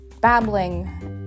babbling